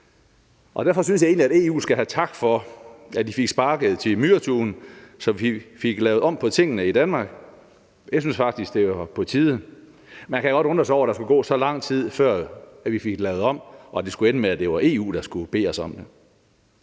derfor synes jeg egentlig, at EU skal have tak for, at de fik sparket til myretuen, så vi fik lavet om på tingene i Danmark. Jeg synes faktisk, det var på tide. Man kan godt undre sig over, at der skulle gå så lang tid, før vi fik lavet det om, og at det skulle ende med at være EU, der skulle bede os om det.